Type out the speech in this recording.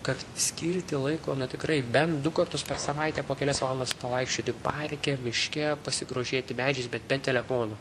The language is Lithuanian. kad skirti laiko na tikrai bent du kartus per savaitę po kelias valandas pavaikščioti parke miške pasigrožėti medžiais bet be telefonų